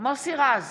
מוסי רז,